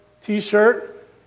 T-shirt